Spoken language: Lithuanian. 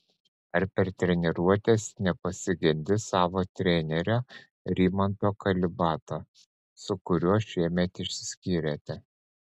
ar per treniruotes nepasigendi savo trenerio rimanto kalibato su kuriuo šiemet išsiskyrėte